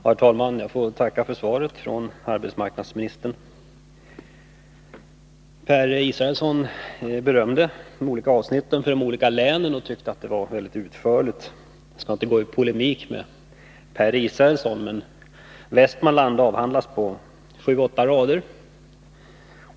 Herr talman! Jag får tacka för svaret från arbetsmarknadsministern. Per Israelsson berömde det och tyckte att det var väldigt utförligt. Jag skall inte gå i polemik med Per Israelsson, men Västmanland avhandlas på sju å åtta rader.